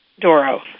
Doro